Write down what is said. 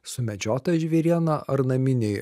sumedžiota žvėriena ar naminiai